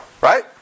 Right